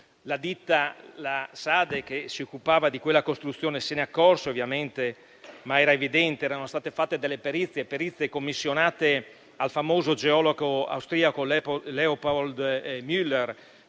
La ditta SADE, che si occupava di quella costruzione, se ne accorse, ovviamente, ma era evidente, erano state fatte delle perizie commissionate al famoso geologo austriaco Leopold Müller,